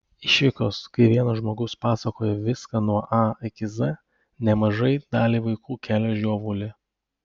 išvykos kai vienas žmogus pasakoja viską nuo a iki z nemažai daliai vaikų kelia žiovulį